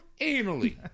anally